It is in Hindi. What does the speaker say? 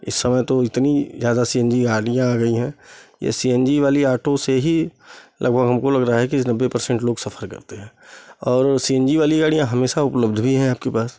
इस समय तो इतनी ज़्यादा सी एन जी गाड़ियाँ आ गई हैं ये सी एन जी वाली ऑटो से ही लगभग हमको लग रहा है कि इस नब्बे पर्सेंट लोग सफ़र करते हैं और सी एन जी वाली गाड़ियाँ हमेशा उपलब्ध भी हैं आपके पास